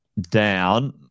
down